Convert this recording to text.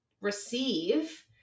receive